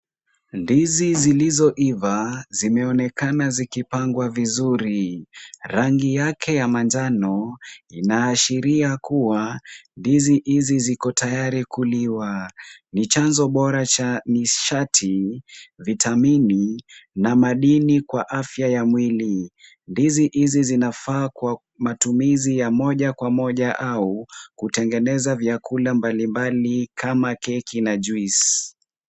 Ndizi zilizoiva, zimeonekana zikipangwa vizuri. Rangi yake ya manjano, inaashiria kuwa, ndizi hizi ziko tayari kuliwa. Ni chanzo bora cha nishati, vitamini na madini kwa afya ya mwili. Ndizi hizi zinafaa kwa matumizi ya moja kwa moja au kutengeneza vyakula mbalimbali kama keki na (cs) juice (cs).